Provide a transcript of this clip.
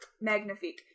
Magnifique